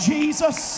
Jesus